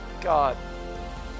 God